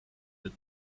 that